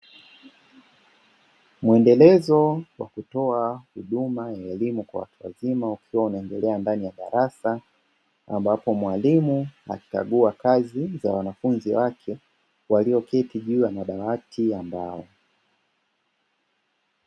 Muendelezo wa kutoa hudumq ya elimu kwa watu wazima ukiwa unaendelea ndani ya darasa ambapo mwalimu akikagua kazi za wanafunzi wake wakioketi juu ya madawati ya mbao.